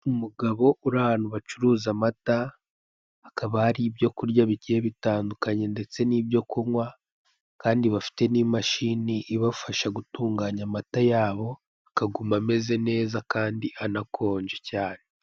Umugabo uri ahantu bacuruza amata, hakaba hari ibyo kurya bigiye bitandukanye ndetse n'ibyo kunywa, kandi bafite n'imashini ibafasha gutunganya amata yabo akaguma ameze neza kandi anakonje cyane.